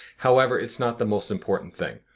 however, it's not the most important thing.